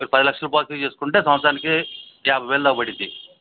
మీరు పది లక్షలు పాలిసీ చేసుకుంటే సంవత్సరానికి యాభై వేలు దాకా పడుతుంది